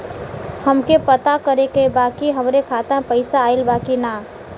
हमके पता करे के बा कि हमरे खाता में पैसा ऑइल बा कि ना?